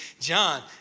John